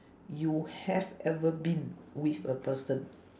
you have ever been with a person